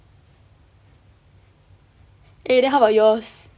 eh then how about yours